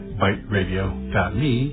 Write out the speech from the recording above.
byteradio.me